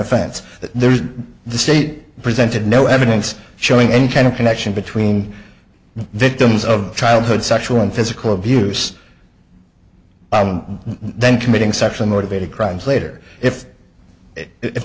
offense that there is the state presented no evidence showing any kind of connection between the victims of childhood sexual and physical abuse then committing such a motivated crimes later if if